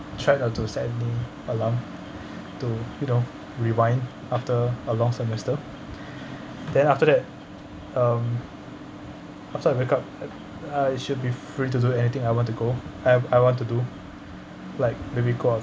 try not to set any alarm to you know rewind after a long semester then after that um after I wake up at uh it should be free to do anything I want to go I I want to do like maybe go out